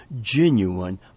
genuine